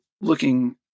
looking